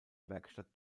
werkstatt